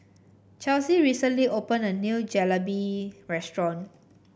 Chesley recently opened a new Jalebi restaurant